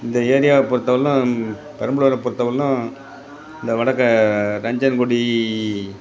இந்த ஏரியாவை பொறுத்த வரைலும் பெரம்பலூரை பொறுத்த வரைலும் இந்த வடக்கன் கஞ்சன் குடி